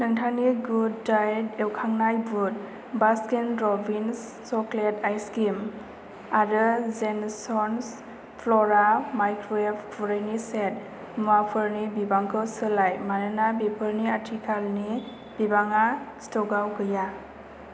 नोंथांनि good diet एवखांनाय बुद बास्किन र'बिन्स चकलेट आइसक्रिम आरो जेनसन्स फ्ल'रा माइक्र'वेब खुरैनि सेट मुवाफोरनि बिबांखौ सोलाय मानोना बेफोरनि आथिखालनि बिबाङा स्टकआव गैया